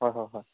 ꯍꯣꯏ ꯍꯣꯏ ꯍꯣꯏ